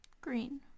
Green